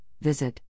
visit